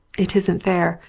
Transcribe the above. it isn't fair.